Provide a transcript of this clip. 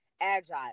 agile